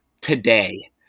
today